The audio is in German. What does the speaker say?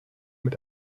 mit